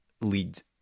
lead